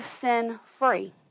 sin-free